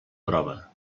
prova